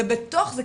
ובתוך זה,